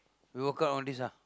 we work out on this ah